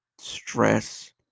stress